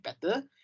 better